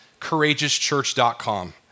courageouschurch.com